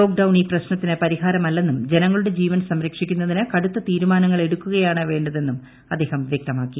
lockdown ഈ പ്രശ്നത്തിന് പരിഹാരമല്ലെന്നും ജനങ്ങളുടെ ജീവൻ സംരക്ഷിക്കുന്നതിന് കടുത്തു തീരുമാനങ്ങൾ എടുക്കുകയാണ് വേണ്ടെതെന്നും അദ്ദേഹ് പ്യക്തമാക്കി